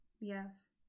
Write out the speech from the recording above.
Yes